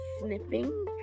sniffing